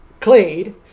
clade